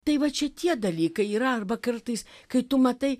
tai vat šitie dalykai yra arba kartais kai tu matai